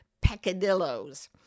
peccadilloes